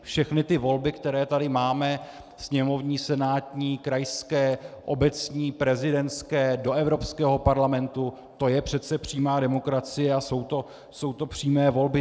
Všechny ty volby, které tady máme sněmovní, senátní, krajské, obecní, prezidentské, do Evropského parlamentu to je přece přímá demokracie a jsou to přímé volby.